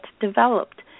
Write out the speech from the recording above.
developed